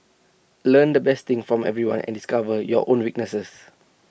learn the best things from everyone and discover your own weaknesses